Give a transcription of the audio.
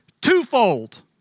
twofold